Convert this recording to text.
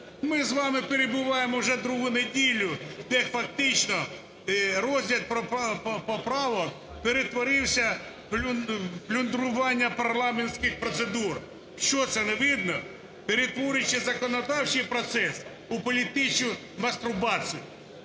Ми з вами перебуваємо вже другу неділю, де фактично розгляд поправок перетворився в плюндрування парламентських процедур, що це, не видно, перетворюючи законодавчий процес у політичну мастурбацію.